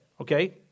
okay